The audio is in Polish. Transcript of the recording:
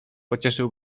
pocieszył